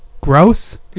Gross